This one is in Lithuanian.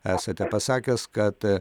esate pasakęs kad